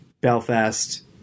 Belfast